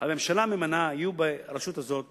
יהיו ברשות הזאת